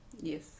yes